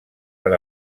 per